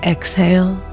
Exhale